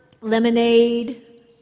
lemonade